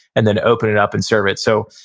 and then open it up and serve it. so,